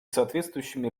соответствующими